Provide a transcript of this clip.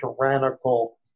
tyrannical